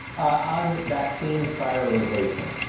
on vaccine prioritization,